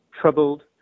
troubled